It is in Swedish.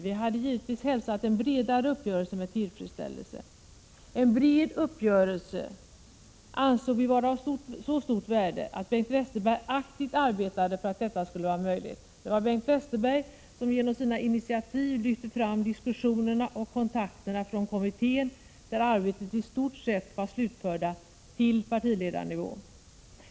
Vi hade givetvis hälsat en bredare uppgörelse med tillfredsställelse. En bred uppgörelse ansåg vi vara av så stort värde att Bengt Westerberg aktivt arbetade för att detta skulle vara möjligt. Det var Bengt Westerberg som genom sina initiativ lyfte fram diskussionerna och kontakterna från kommittén, där arbetet i stort sett var slutfört, till partiledarnivå.